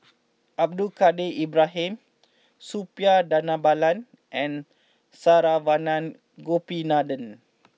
Abdul Kadir Ibrahim Suppiah Dhanabalan and Saravanan Gopinathan